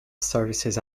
services